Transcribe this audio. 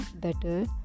better